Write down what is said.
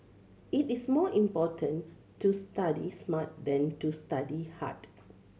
it is more important to study smart than to study hard